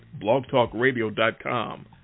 blogtalkradio.com